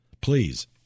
please